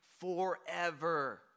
forever